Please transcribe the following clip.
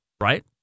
right